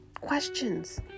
Questions